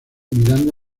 mirando